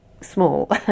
small